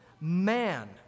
man